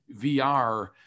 VR